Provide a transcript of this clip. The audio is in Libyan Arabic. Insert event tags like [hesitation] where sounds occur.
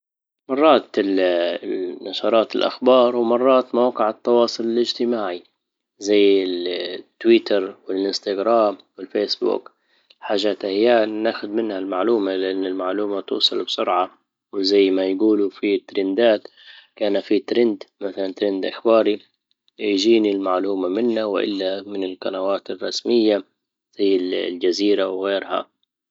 مرات ال [hesitation] نشرات الاخبار ومرات مواقع التواصل الاجتماعي زي الـ- تويتر والانستغرام والفيسبوك حاجات ايان ناخد منها المعلومة لان المعلومة توصل بسرعة وزي ما يقولوا في ترندات كان في ترند مثلا ترند اخبارى يجيني المعلومة منا والا من القنوات الرسمية زي الجزيرة وغيرها